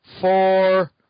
four